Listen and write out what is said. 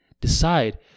decide